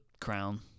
crown